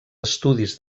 estudis